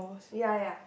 ya ya